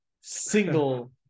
single